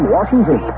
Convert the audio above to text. Washington